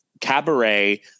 Cabaret